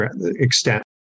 extent